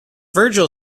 virgil